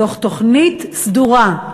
בתוך תוכנית סדורה,